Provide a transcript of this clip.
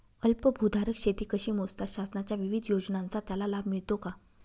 अल्पभूधारक शेती कशी मोजतात? शासनाच्या विविध योजनांचा त्याला लाभ मिळतो का?